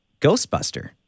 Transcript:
Ghostbuster